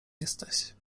jesteś